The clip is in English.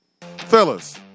Fellas